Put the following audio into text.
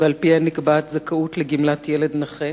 שעל-פיהן נקבעת זכאות לגמלת ילד נכה.